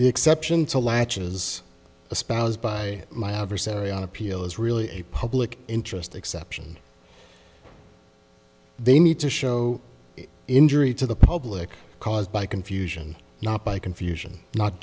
the exception to latches espoused by my adversary on appeal is really a public interest exception they need to show injury to the public caused by confusion not by confusion not